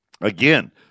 again